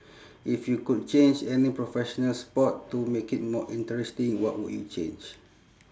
if you could change any professional sport to make it more interesting what would you change